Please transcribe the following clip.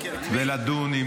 לדחות.